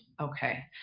Okay